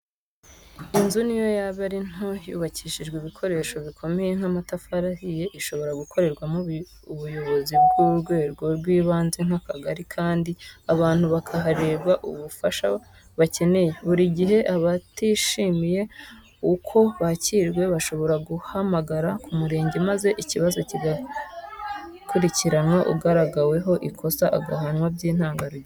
Inzu n'iyo yaba ari ntoya, yubakishije ibikoresho bikomeye nk'amatafari ahiye, ishobora gukoreramo ubuyobozi bw'urwego rw'ibanze nk'akagari kandi abantu bakahaherwa ubufasha bakeneye; buri gihe abatishimiye uko bakiriwe bashobora guhamagara ku murenge maze ikibazo kigakurikiranwa, ugaragaweho ikosa agahanwa by'intangarugero.